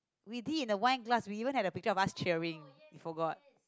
we did in a wine glass we even had a picture of us cheering you forgot